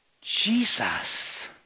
Jesus